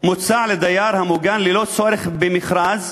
מוצע לדייר המוגן ללא צורך במכרז,